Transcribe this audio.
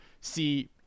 see